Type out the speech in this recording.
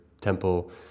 temple